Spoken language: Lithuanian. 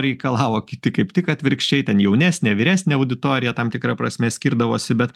reikalavo kiti kaip tik atvirkščiai ten jaunesnė vyresnė auditorija tam tikra prasme skirdavosi bet